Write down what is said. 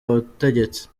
ubutegetsi